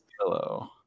hello